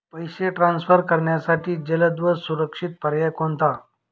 पैसे ट्रान्सफर करण्यासाठी जलद व सुरक्षित पर्याय कोणता?